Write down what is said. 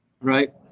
Right